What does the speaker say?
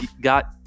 got